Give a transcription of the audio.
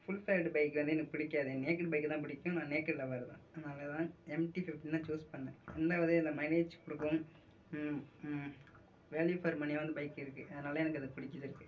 full faired bike வந்து எனக்கு பிடிக்காது நேக்குடு பைக்கை தான் பிடிக்கும் நான் நேக்குடு லவ்வர் தான் அதனாலதான் எம்டி ஃபிஃப்டினை சூஸ் பண்ணிணேன் அந்த வகையில் மைலேஜ் கொடுக்கும் வேல்யூ ஃபார் மணியாகவும் அந்த பைக் இருக்குது அதனால அது எனக்கு பிடிச்சிருக்கு